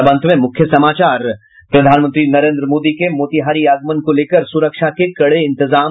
और अब अंत में मुख्य समाचार प्रधानमंत्री नरेन्द्री मोदी के मोतिहारी आगमन को लेकर सुरक्षा के कड़े इंतजाम